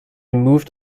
moved